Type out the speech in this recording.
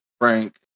Frank